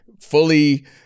fully